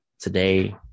Today